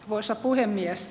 arvoisa puhemies